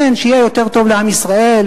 שיהיה יותר טוב לעם ישראל,